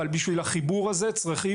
ובוודאי שאנחנו בבעיה כשאין